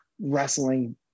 wrestling